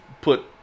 put